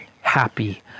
happy